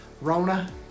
Rona